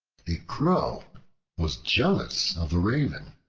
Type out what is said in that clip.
a crow was jealous of the raven,